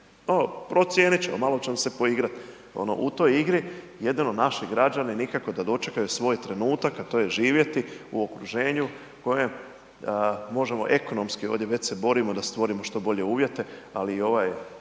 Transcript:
ono procijenit ćemo, malo ćemo se poigrati. U toj igri jedino naši građani nikako da dočekaju svoj trenutak a to je živjeti u okruženju koje možemo ekonomski, već se borimo da stvorimo što bolje uvjete ali i ovaj